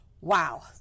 wow